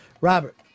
Robert